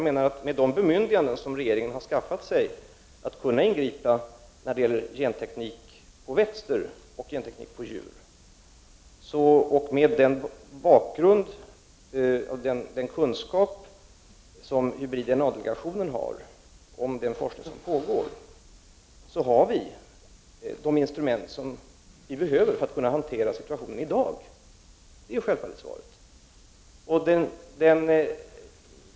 Med de bemyndiganden som regeringen har skaffat sig för att kunna ingripa när det gäller genteknik på växter och djur och mot bakgrund av den kunskap som hybrid-DNA-delegationen har om den forskning som nu pågår, har vi de instrument som behövs för att vi skall kunna hantera situationen i dag. Det är självfallet svaret.